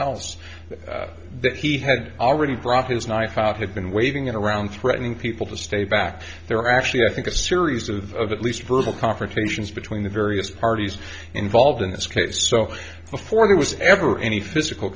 else that he had already brought his knife out had been waving around threatening people to stay back there actually i think a series of at least verbal confrontations between the various parties involved in this case so before there was ever any physical